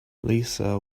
lisa